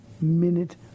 minute